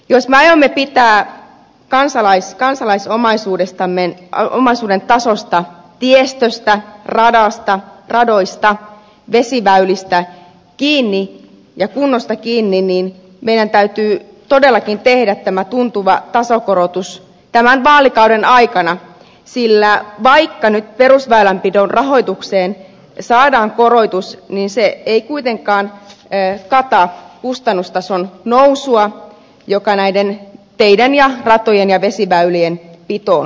jos me aiomme pitää kansalaisomaisuuden tasosta tiestöstä radoista vesiväylistä kiinni ja kunnosta kiinni niin meidän täytyy todellakin tehdä tämä tuntuva tasokorotus tämän vaalikauden aikana sillä vaikka nyt perusväylänpidon rahoitukseen saadaan korotus niin se ei kuitenkaan kata kustannustason nousua mitä näiden teiden ja ratojen ja vesiväylien pitoon tarvittaisiin